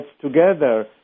together